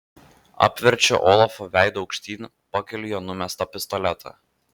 apverčiu olafą veidu aukštyn pakeliu jo numestą pistoletą